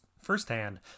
firsthand